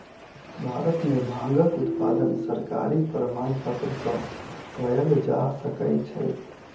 भारत में भांगक उत्पादन सरकारी प्रमाणपत्र सॅ कयल जा सकै छै